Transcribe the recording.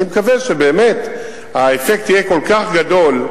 אני מקווה שהאפקט יהיה כל כך גדול,